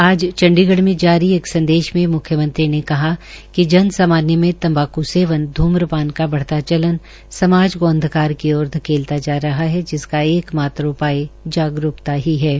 आज चंडीगढ़ में जारी एक संदेश में मुख्यमंत्री ने कहा कि जन सामान्य में तंबाक् सेवन ध्म्रपान का बढ़ता चलन समाज को अंधकार की ओर धकेलता जा रहा है जिसका एकमात्र उपाय जागरूकता ही है